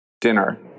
dinner